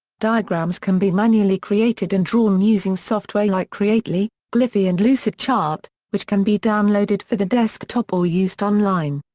diagrams can be manually created and drawn using software like creately, gliffy and lucidchart, which can be downloaded for the desktop or used online.